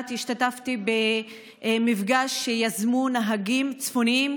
השתתפתי במפגש שיזמו נהגים "צפוניים",